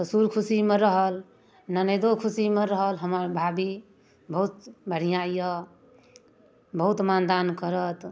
ससुर खुशीमे रहल ननैदो खुशीमे रहल हमर भाभी बहुत बढ़िआँ अइ बहुत मानदान करत